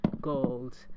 gold